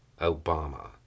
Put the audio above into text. Obama